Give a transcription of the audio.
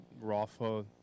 Rafa